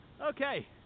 okay